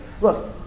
Look